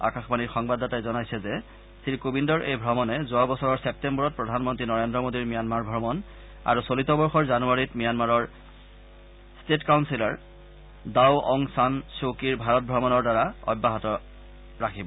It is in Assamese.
আকাশবাণীৰ সংবাদদাতাই জনাইছে যে শ্ৰী কোবিন্দৰ এই ভ্ৰমণে যোৱাবছৰৰ ছেপ্তেম্বৰত প্ৰধানমন্ত্ৰী নৰেন্দ্ৰ মোদীৰ ম্যানমাৰ ভ্ৰমণ আৰু চলিত বৰ্ষৰ জানুৱাৰীত ম্যানমাৰৰ state counsellor Daw Aung San Suu কীৰ ভাৰত ভ্ৰমণৰ ধাৰা অব্যাহত ৰাখিব